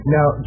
Now